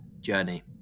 journey